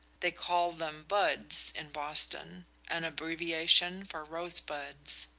they call them buds in boston an abbreviation for rosebuds.